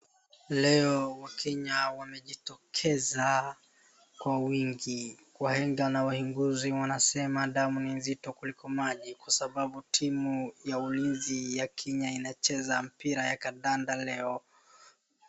Leo wakenya wamejitokeza kwa wingi. Wahenga na wahinguzi wanasema damu ni nzito kuliko maji kwa sababu timu ya ulinzi ya Kenya inacheza mpira ya kadanda leo.